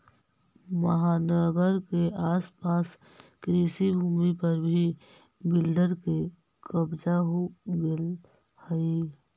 महानगर के आस पास कृषिभूमि पर भी बिल्डर के कब्जा हो गेलऽ हई